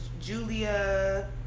Julia